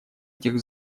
этих